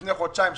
לפני חודשיים,